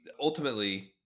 ultimately